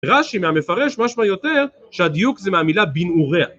רש"י מפרש משמע יותר שהדיוק זה מהמילה בנעוריה